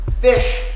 fish